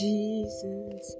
Jesus